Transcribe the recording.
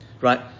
Right